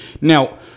Now